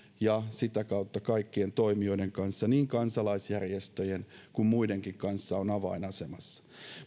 ja sitä kautta kaikkien toimijoiden kanssa niin kansalaisjärjestöjen kuin muidenkin kanssa on avainasemassa